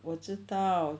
我知道